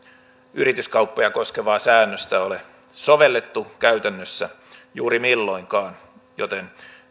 yrityskauppoja koskevaa säännöstä ei ole sovellettu käytännössä juuri milloinkaan joten